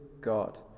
God